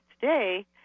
today